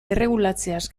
erregulatzeaz